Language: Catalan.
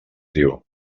diu